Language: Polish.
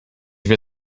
wie